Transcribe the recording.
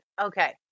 Okay